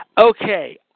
Okay